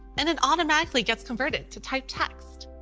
and it automatically gets converted to typed text.